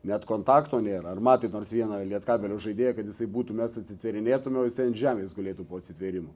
net kontakto nėra ar matėt nors vieną lietkabelio žaidėją kad jisai būtų mes atsitvėrinėtume o jisai ant žemės gulėtų po atsitvėrimų